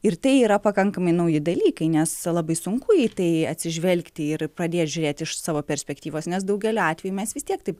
ir tai yra pakankamai nauji dalykai nes labai sunku į tai atsižvelgti ir pradėt žiūrėt iš savo perspektyvos nes daugeliu atveju mes vis tiek taip